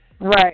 right